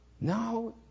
Now